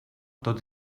tot